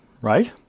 right